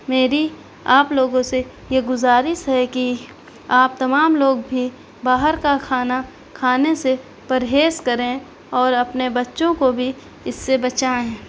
میری آپ لوگوں سے یہ گزارش ہے کہ آپ تمام لوگ بھی باہر کا کھانا کھانے سے پرہیز کریں اور اپنے بچوں کو بھی اس سے بچائیں